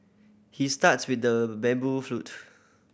he starts with the bamboo flute